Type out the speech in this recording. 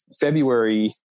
February